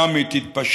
משם היא תתפשט.